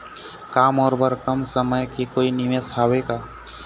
का मोर बर कम समय के कोई निवेश हावे का?